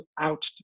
out